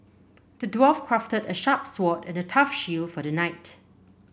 the dwarf crafted a sharp sword and a tough shield for the knight